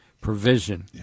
provision